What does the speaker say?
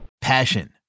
Passion